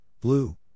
blue